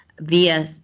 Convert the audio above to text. via